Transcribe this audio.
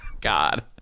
God